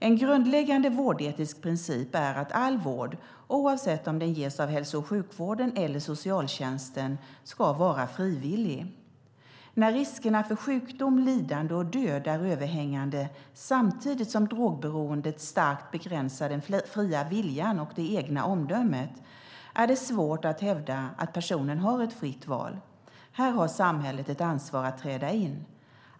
En grundläggande vårdetisk princip är att all vård, oavsett om den ges av hälso och sjukvården eller socialtjänsten, ska vara frivillig. När riskerna för sjukdom, lidande och död är överhängande samtidigt som drogberoendet starkt begränsar den fria viljan och det egna omdömet är det svårt att hävda att personen har ett fritt val. Här har samhället ett ansvar att träda in.